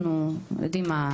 אנחנו יודעים מה.